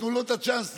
תנו לו את הצ'אנס לראות,